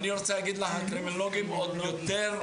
הקרימינולוגים עוד יותר.